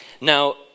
Now